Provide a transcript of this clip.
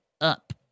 up